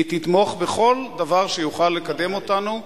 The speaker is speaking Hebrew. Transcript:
היא תתמוך בכל דבר שיכול לקדם אותנו,